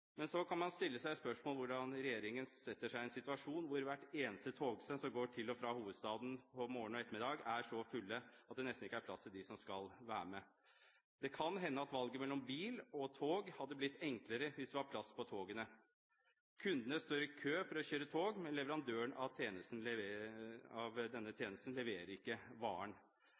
en situasjon hvor hvert eneste togsett som går til og fra hovedstaden, både morgen og ettermiddag, er så fulle at det nesten ikke er plass til dem som skal være med. Det kan hende at valget mellom bil og tog hadde blitt enklere hvis det var plass på togene. Kundene står i kø for å kjøre tog, men leverandøren av denne tjenesten leverer ikke varen.